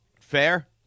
Fair